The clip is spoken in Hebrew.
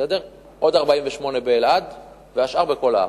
עוד 48 באלעד והשאר בכל הארץ,